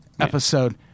episode